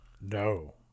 No